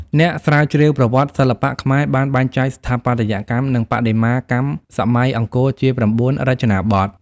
អ្នកស្រាវជ្រាវប្រវត្តិសិល្បៈខ្មែរបានបែងចែកស្ថាបត្យកម្ម និងបដិមាកម្មសម័យអង្គរជា ៩ រចនាបថ។